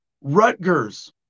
Rutgers